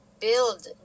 Build